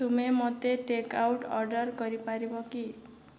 ତୁମେ ମୋତେ take out order କରିପାରିବ କି